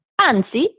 anzi